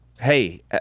hey